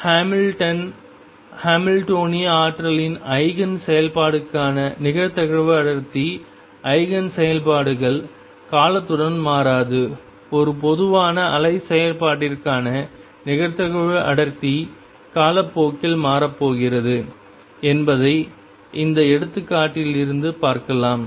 Hamilton ஹாமில்டோனிய ஆற்றலின் eigen செயல்பாடுகளுக்கான நிகழ்தகவு அடர்த்தி ஐகேன் செயல்பாடுகள் காலத்துடன் மாறாது ஒரு பொதுவான அலை செயல்பாட்டிற்கான நிகழ்தகவு அடர்த்தி காலப்போக்கில் மாறப்போகிறது என்பதை இந்த எடுத்துக்காட்டில் இருந்து பார்க்கலாம்